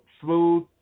smooth